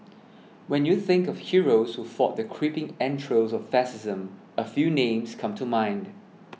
when you think of heroes who fought the creeping entrails of fascism a few names come to mind